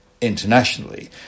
internationally